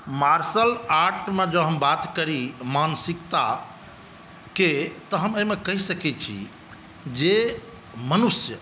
martial आर्टमे जँ हम बात करी मानसिकताके तऽ हम एहिमे कहि सकै छी जे मनुष्य